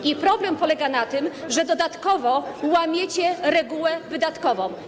I problem polega na tym, że dodatkowo łamiecie regułę wydatkową.